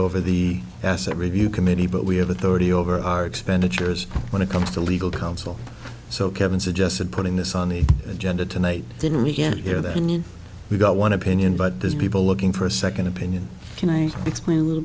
over the asset review committee but we have authority over our expenditures when it comes to legal counsel so kevin suggested putting this on the agenda tonight didn't we didn't hear that we got one opinion but there's people looking for a second opinion can i explain